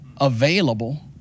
available